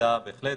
הוועדה בהחלט,